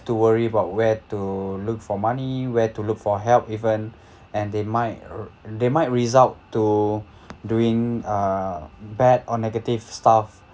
to worry about where to look for money where to look for help even and they might uh they might result to doing uh bad or negative stuff